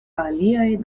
aliaj